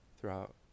throughout